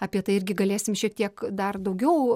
apie tai irgi galėsim šiek tiek dar daugiau